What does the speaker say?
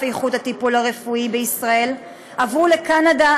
איכות הטיפול הרפואי בישראל עברו לקנדה,